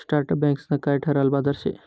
startup बँकंस ना ठरायल बाजार शे